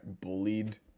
bullied